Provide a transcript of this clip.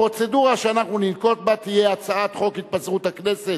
הפרוצדורה שננקוט תהיה: הצעת חוק התפזרות הכנסת,